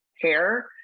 hair